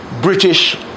British